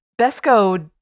BESCO